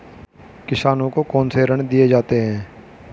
किसानों को कौन से ऋण दिए जाते हैं?